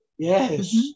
Yes